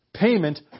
Payment